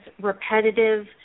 repetitive